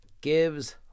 gives